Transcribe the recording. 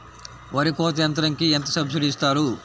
వరి కోత యంత్రంకి ఎంత సబ్సిడీ ఇస్తారు?